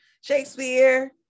Shakespeare